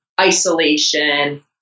isolation